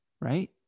right